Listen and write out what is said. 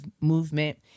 movement